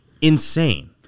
Insane